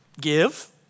give